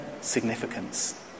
significance